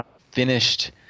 finished